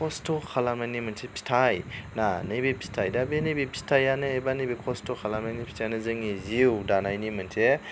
खस्त' खालामनायनि मोनसे फिथाइ ना नैबे फिथाइ दा नैबे फिथाइआनो एबा नैबे खस्त' खालामनायनि फिथाइयानो जोंनि जिउ दानायनि मोनसे